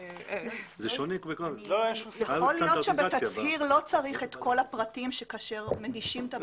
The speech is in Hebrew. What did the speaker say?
יכול להיות שבתצהיר לא צריך את כל הפרטים כאשר מגישים את הבקשה.